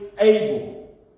able